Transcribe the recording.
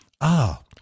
Ah